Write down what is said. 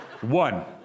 One